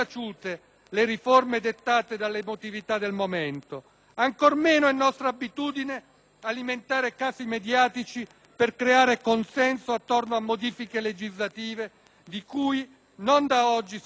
alimentare casi mediatici per creare consenso attorno a modifiche legislative di cui non da oggi sosteniamo la necessità e l'urgenza. Ma - mi sia consentito un riferimento all'attualità